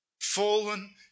Fallen